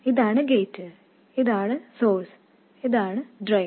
ഇതാണ് ഗേറ്റ് ഇതാണ് സോഴ്സ് ഇതാണ് ഡ്രെയിൻ